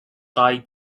died